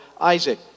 Isaac